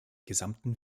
gesamten